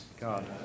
god